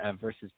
versus